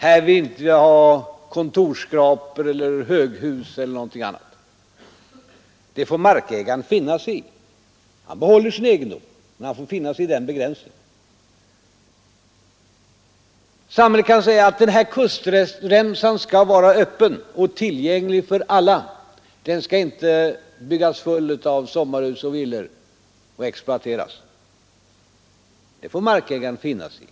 Här vill vi inte ha kontorsskrapor eller höghus eller annan bebyggelse! Detta får markägaren då finna sig i. Han behåller sin egendom, men han får finna sig i den begränsningen. Samhället kan vidare säga: Den här kustremsan skall vara öppen och tillgänglig för alla; den skall inte byggas full av sommarhus och villor och exploateras. Det får markägaren finna sig i.